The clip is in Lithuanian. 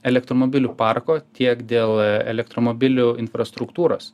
elektromobilių parko tiek dėl elektromobilių infrastruktūros